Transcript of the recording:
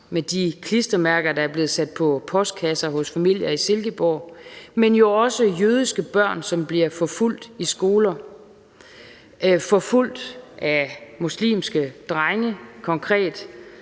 med de klistermærker, der er blevet sat på postkasser hos familier i Silkeborg; men jo også med jødiske børn, som bliver forfulgt i skolen – forfulgt af muslimske drenge. Konkret